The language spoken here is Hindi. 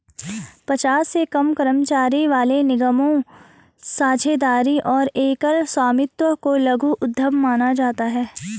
पचास से कम कर्मचारियों वाले निगमों, साझेदारी और एकल स्वामित्व को लघु उद्यम माना जाता है